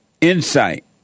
insight